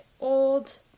old